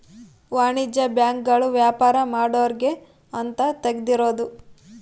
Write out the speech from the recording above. ವಾಣಿಜ್ಯ ಬ್ಯಾಂಕ್ ಗಳು ವ್ಯಾಪಾರ ಮಾಡೊರ್ಗೆ ಅಂತ ತೆಗ್ದಿರೋದು